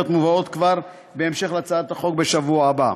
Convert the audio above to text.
מובאות כבר בהמשך להצעת החוק בשבוע הבא,